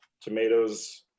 tomatoes